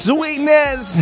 Sweetness